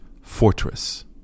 fortress